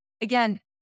again